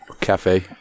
Cafe